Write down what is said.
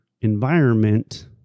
environment